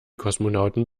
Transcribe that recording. kosmonauten